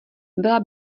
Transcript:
byla